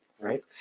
right